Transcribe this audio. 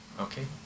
okay